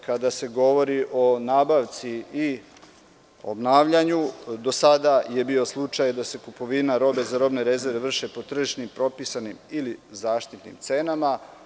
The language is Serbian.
Kada se govori o nabavci i o obnavljanju, do sada je bio slučaj da se kupovina robe za robne rezerve vrši po tržišnim propisanim ili zaštitnim cenama.